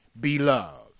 beloved